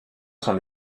son